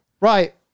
right